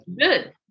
Good